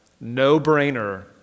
no-brainer